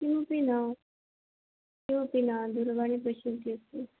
किमपि न किमपि न दूरवाणीं पश्यन्ति अस्मि